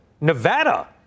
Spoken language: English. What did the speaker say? Nevada